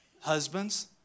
Husbands